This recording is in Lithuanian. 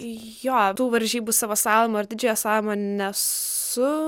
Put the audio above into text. jo tų varžybų savo slalomo ar didžiojo slalomo nesu